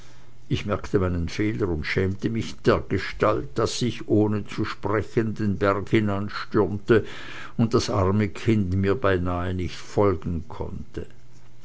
ich merkte meinen fehler und schämte mich dergestalt daß ich ohne zu sprechen den berg hinanstürmte und das arme kind mir beinahe nicht folgen konnte